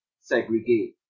segregate